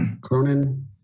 Cronin